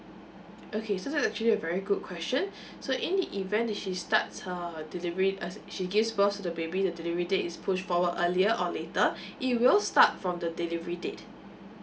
okay so that's actually a very good question so in the event if she starts her delivery uh she gives birth to the baby the delivery date is pushed forward earlier or later it will start from the delivery date